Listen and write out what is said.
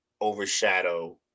Overshadow